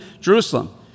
Jerusalem